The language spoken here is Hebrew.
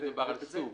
כאן מדובר על סוג?